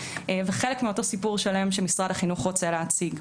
וחלק מאותו סיפור שלם שמשרד החינוך רוצה להשיג.